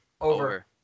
Over